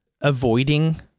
avoiding